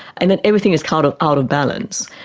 and that everything is kind of out of balance.